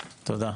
תודה.